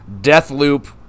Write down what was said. Deathloop